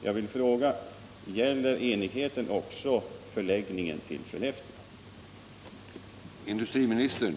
Jag vill fråga: Gäller enigheten också förläggningen till Skellefteå?